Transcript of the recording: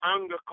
anger